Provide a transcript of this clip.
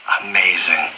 Amazing